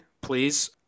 please